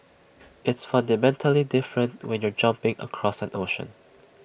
it's fundamentally different when you're jumping across an ocean